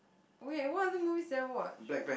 oh wait what other movies did I watch